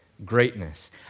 Greatness